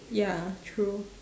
ya true